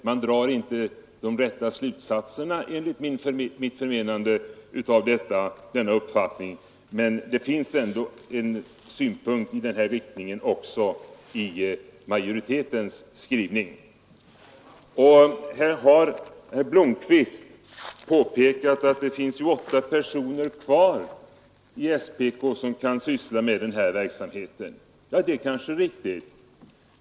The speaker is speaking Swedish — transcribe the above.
Man drar visserligen enligt mitt förmenande inte de rätta slutsatserna av denna uppfattning, men det finns ändå en positiv synpunkt också i majoritetens skrivning. Herr Blomkvist påpekade att det finns åtta personer kvar i SPK som kan syssla med den informationsverksamheten. Det är kanske riktigt.